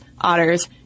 otters